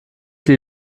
die